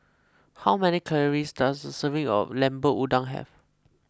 how many calories does a serving of Lemper Udang have